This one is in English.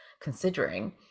considering